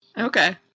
Okay